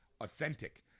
authentic